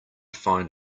find